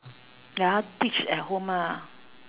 ya teach at home ah